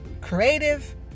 creative